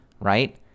right